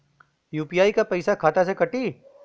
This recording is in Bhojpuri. यू.पी.आई क पैसा खाता से कटी?